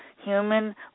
Human